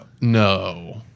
No